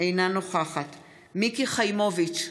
אינה נוכחת מיקי חיימוביץ'